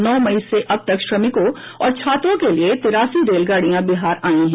नौ मई से अबतक श्रमिकों और छात्रों के लिए तिरासी रेलगाडियां बिहार आयी हैं